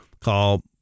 called